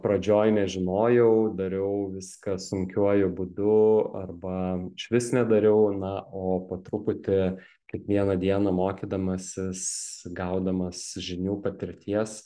pradžioj nežinojau dariau viską sunkiuoju būdu arba išvis nedariau na o po truputį kiekvieną dieną mokydamasis gaudamas žinių patirties